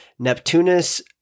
Neptunus